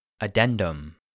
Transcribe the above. Addendum